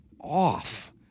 off